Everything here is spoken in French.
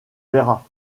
verra